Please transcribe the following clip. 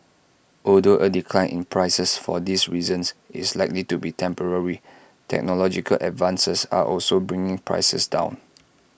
although A decline in prices for these reasons is likely to be temporary technological advances are also bringing prices down